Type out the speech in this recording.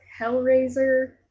Hellraiser